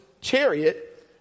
chariot